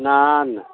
না